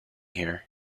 here